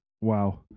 Wow